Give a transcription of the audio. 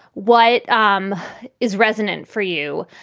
what um is resonant for you?